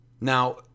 Now